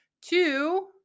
Two